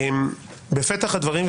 בפתח הדברים,